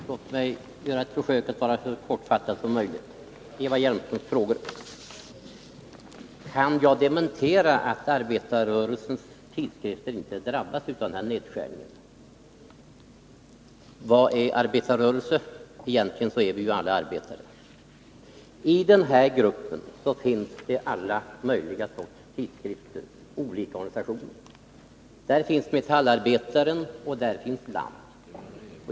Herr talman! Jag skall försöka svara så kortfattat som möjligt på Eva Hjelmströms frågor. Kan jag dementera att arbetarrörelsens tidskrifter inte drabbas av den här nedskärningen? Vad är arbetarrörelsen? Egentligen är vi ju alla arbetare. I den aktuella gruppen finns alla möjliga sorters organisationer och tidskrifter. Där finns Metallarbetaren och där finns Land.